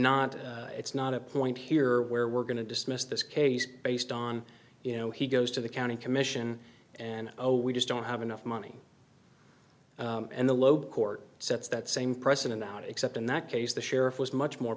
not it's not a point here where we're going to dismiss this case based on you know he goes to the county commission and oh we just don't have enough money and the local court sets that same precedent out except in that case the sheriff was much more